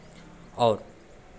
और